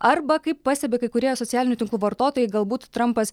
arba kaip pastebi kai kurie socialinių tinklų vartotojai galbūt trampas